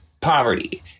poverty